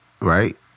right